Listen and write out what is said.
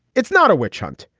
it's not a witch hunt.